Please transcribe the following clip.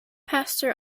pastor